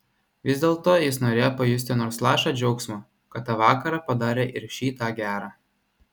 vis dėlto jis norėjo pajusti nors lašą džiaugsmo kad tą vakarą padarė ir šį tą gera